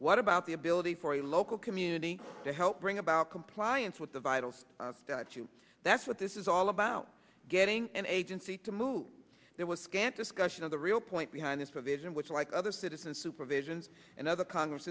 what about the ability for a local community to help bring about compliance with the vitals that's what this is all about getting an agency to move there was scant discussion of the real point behind this provision which like other citizens supervisions and other